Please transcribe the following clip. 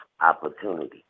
opportunity